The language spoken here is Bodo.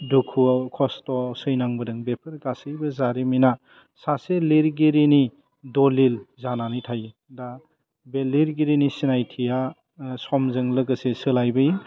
दुखुआव खस्थ'आव सैनांबोदों बेफोर गासैबो जारिमिना सासे लिरगिरिनि दलिल जानानै थायो दा बे लिरगिरिनि सिनायथिया समजों लोगोसे सोलायबोयो